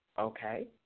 okay